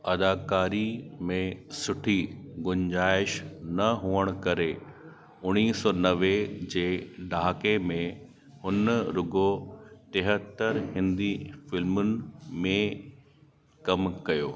अदाकारी में सुठी गुंजाइश न हुअण करे उणिवीह सौ नवे जे ॾहाके में हुन रुॻो तेहतर हिंदी फ़िल्मुनि में कमु कयो